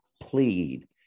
plead